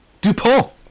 Dupont